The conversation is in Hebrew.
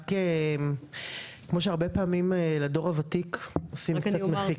רק כמו שהרבה פעמים לדור הוותיק עושים קצת מחיקה.